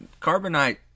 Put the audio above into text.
Carbonite